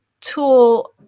tool